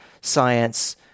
science